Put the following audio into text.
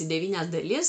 į devynias dalis